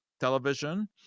television